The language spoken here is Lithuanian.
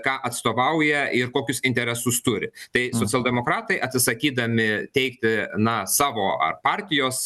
ką atstovauja ir kokius interesus turi tai socialdemokratai atsisakydami teikti na savo ar partijos